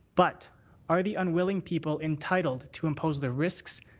but are the unwilling people entitled to impose the risks,